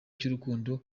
cy’urukundo